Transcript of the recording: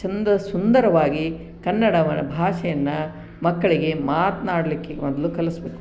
ಚೆಂದ ಸುಂದರವಾಗಿ ಕನ್ನಡ ಭಾಷೆಯನ್ನು ಮಕ್ಕಳಿಗೆ ಮಾತನಾಡ್ಲಿಕ್ಕೆ ಮೊದಲು ಕಲಿಸಬೇಕು